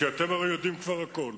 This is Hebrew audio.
כי אתם הרי יודעים כבר הכול,